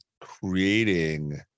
creating